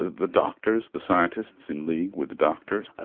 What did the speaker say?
the doctors, the scientists in league with the doctors. ah